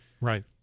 Right